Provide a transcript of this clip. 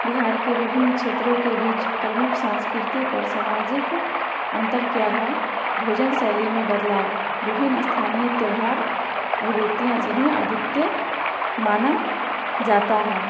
बिहार के विभिन्न क्षेत्रों के बीच प्रमुख सांस्कृतिक और सामाजिक अंतर क्या है भोजन शैली में बदलाव विभिन्न स्थानीय त्योहार अभिव्यक्तियाँ जिन्हें अद्वितीय माना जाता है